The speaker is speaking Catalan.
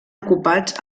ocupats